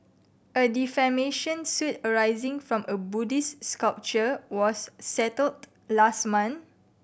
a defamation suit arising from a Buddhist sculpture was settled last month